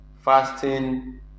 fasting